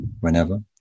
whenever